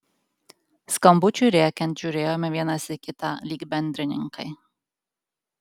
skambučiui rėkiant žiūrėjome vienas į kitą lyg bendrininkai